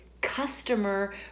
customer